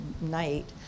night